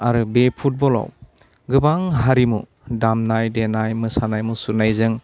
आरो बे फुटबलाव गोबां हारिमु दामनाय देनाय मोसानाय मुसुरनायजों